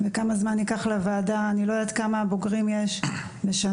אני לא יודעת כמה בוגרים יש בשנה,